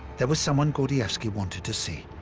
there was someone gordievsky wanted to see,